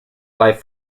life